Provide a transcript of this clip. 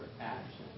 action